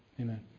Amen